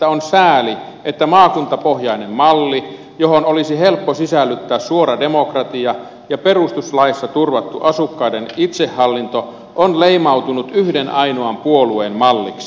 on sääli että maakuntapohjainen malli johon olisi helppoa sisällyttää suora demokratia ja perustuslaissa turvattu asukkaiden itsehallinto on leimautunut yhden ainoan puolueen malliksi